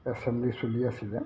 assembly চলি আছিলে